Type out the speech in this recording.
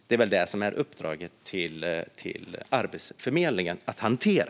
Det är det som är uppdraget till Arbetsförmedlingen att hantera.